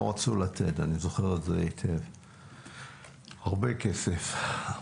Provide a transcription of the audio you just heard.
לא רצו לתת, מדובר בהרבה כסף.